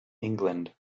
england